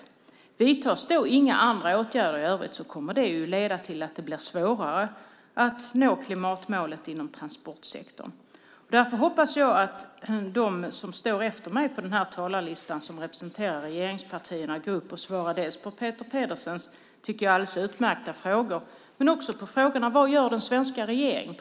Om det då inte vidtas några andra åtgärder i övrigt kommer det att leda till att det blir svårare att nå klimatmålet inom transportsektorn. Därför hoppas jag att de som står efter mig på talarlistan som representerar regeringspartierna går upp och svarar dels på Peter Pedersens alldeles utmärkta frågor, dels på frågan vad den svenska regeringen gör.